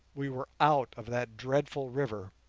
we were out of that dreadful river,